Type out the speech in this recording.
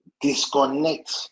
disconnect